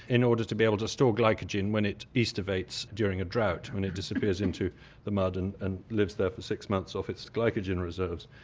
in order to be able to store glycogen when it aestivates during a drought, when it disappears into the mud and and lives there for six months off its glycogen reserves.